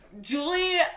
Julie